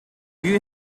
you